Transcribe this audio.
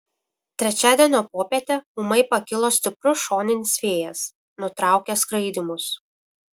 trečiadienio popietę ūmai pakilo stiprus šoninis vėjas nutraukęs skraidymus